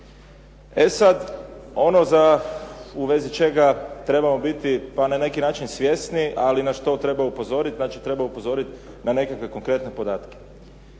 cilj. Ono u vezi čega trebamo biti pa na neki način svjesni ali na što treba upozoriti. Znači, treba upozoriti na nekakve konkretne podatke.